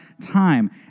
time